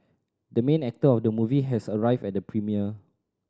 the main actor of the movie has arrived at the premiere